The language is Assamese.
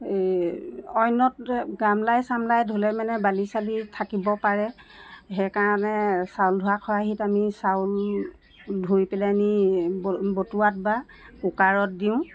অইনত গাম্লাই চাম্লাই ধুলে মানে বালি চালি থাকিব পাৰে সেইকাৰণে চাউল ধোৱা খৰাহিত আমি চাউল ধুই পেলে নি ব বটোৱাত বা কুকাৰত দিওঁ